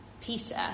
Peter